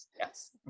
Yes